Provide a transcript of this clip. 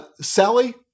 Sally